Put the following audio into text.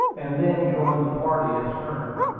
and then joined the party astern.